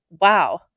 wow